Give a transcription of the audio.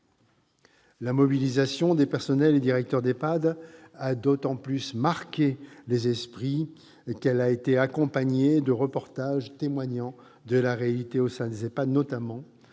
La mobilisation des personnels et directeurs d'EHPAD a d'autant plus marqué les esprits qu'elle a été accompagnée de reportages témoignant de la réalité au sein des EHPAD, et notamment